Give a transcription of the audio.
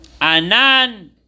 Anan